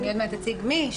עוד מעט אני אציג מי,